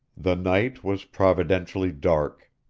the night was providentially dark.